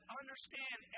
understand